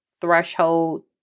threshold